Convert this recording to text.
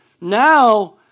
Now